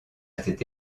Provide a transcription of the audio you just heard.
cette